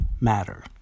matter